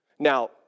Now